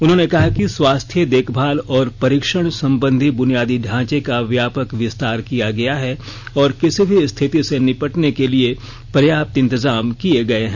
उन्होंने कहा कि स्वास्थ्य देखभाल और परीक्षण संबंधी बुनियादी ढांचे का व्यापक विस्तार किया गया है और किसी भी स्थिति से निपटने को लिए पर्याप्त इंतजाम किये गये हैं